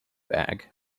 bag